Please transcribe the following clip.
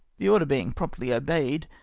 the order being promptly obeyed,